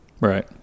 Right